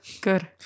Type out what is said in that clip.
good